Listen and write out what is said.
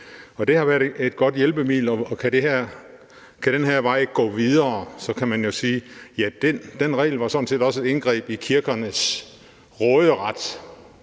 Det har været et godt hjælpemiddel, og kan man gå videre ad den her vej, kan man jo sige, at den regel sådan set også var et indgreb i kirkernes råderet